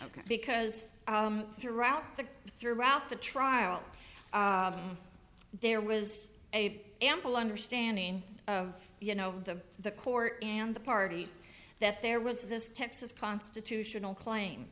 because throughout the throughout the trial there was a ample understanding of you know the the court and the parties that there was this texas constitutional claim